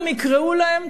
גם אם יקראו להם,